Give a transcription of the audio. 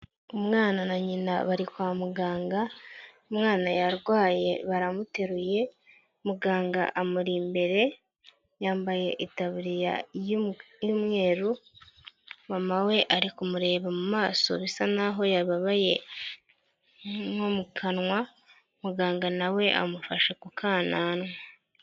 Umwana na nyina bari kwa muganga, umwana yarwaye baramuteruye muganga amuri imbere yambaye itaburiya y'umweru, mama we ari kumureba mu maso bisa nk'aho yababaye nko mu kanwa muganga nawe amufashe kukananwa.